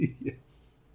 Yes